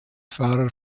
fahrer